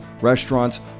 restaurants